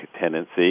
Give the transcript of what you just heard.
tendency